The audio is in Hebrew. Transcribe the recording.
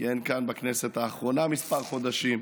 כיהן כאן בכנסת האחרונה כמה חודשים,